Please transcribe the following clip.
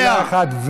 היא שאלה שאלה אחת,